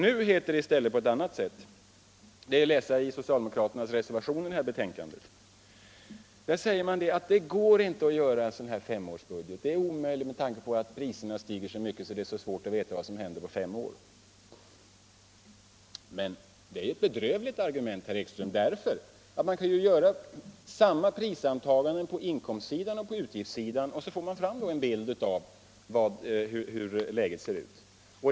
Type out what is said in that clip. Nu heter det i stället på ett annat sätt. Det finns att läsa i socialdemokraternas reservation till det här betänkandet. Där sägs det att det inte går att göra en femårsbudget. Det är omöjligt med tanke på att priserna stiger så mycket, och det är så svårt att veta vad som kan hända på fem år. Men, herr Ekström, det är ett bedrövligt argument. Samma antaganden om prisstegringar går att göra på inkomstsidan som på utgiftssidan. Då får vi fram en bild av hur läget ser ut.